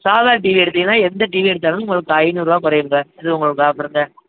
சாதா டிவி எடுத்தீங்கன்னால் எந்த டிவி எடுத்தாலும் உங்களுக்கு ஐந்நூறுரூவா குறையுங்க இது உங்களுக்கு ஆஃபருங்க